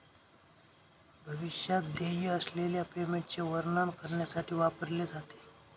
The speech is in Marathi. भविष्यात देय असलेल्या पेमेंटचे वर्णन करण्यासाठी वापरले जाते